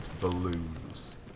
balloons